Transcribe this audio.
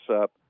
up